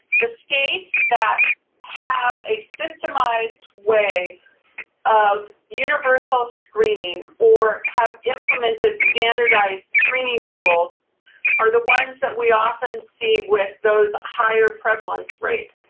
the states that have a systemized way of universal screening or have implemented standardized screening tools are the ones that we often see with those higher prevalence rates.